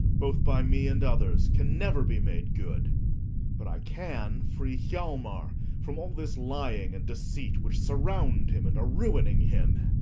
both by me and others can never be made good but i can free hjalmar from all this lying and deceit which surround him and are ruining him.